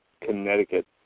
Connecticut